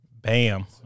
Bam